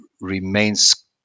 remains